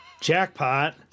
Jackpot